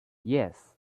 yes